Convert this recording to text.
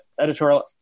editorial